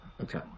okay